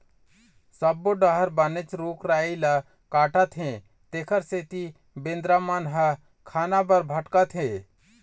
सब्बो डहर बनेच रूख राई ल काटत हे तेखर सेती बेंदरा मन ह खाना बर भटकत हे